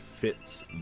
fits